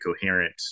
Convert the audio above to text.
coherent